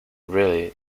really